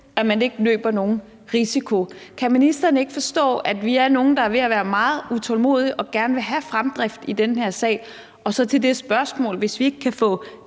at man ikke løber nogen risiko. Kan ministeren ikke forstå, at vi er nogle, der er ved at være meget utålmodige, og at vi gerne vil have fremdrift i den her sag? Så er der spørgsmålet om, hvornår vi, hvis vi ikke kan få